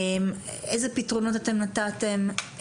איזה פתרונות אתם נתתם,